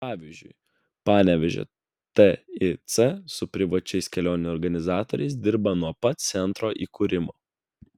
pavyzdžiui panevėžio tic su privačiais kelionių organizatoriais dirba nuo pat centro įkūrimo